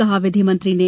कहा विधि मंत्री ने